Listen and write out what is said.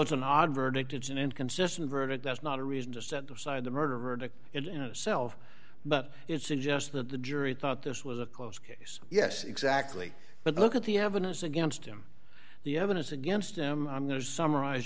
it's an odd verdict it's an inconsistent verdict that's not a reason to set aside the murder verdict in a self but it suggests that the jury thought this was a close case yes exactly but look at the evidence against him the evidence against him i'm going to summarize